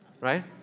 right